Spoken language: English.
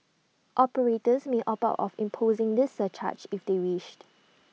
operators may opt out of imposing this surcharge if they wished